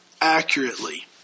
accurately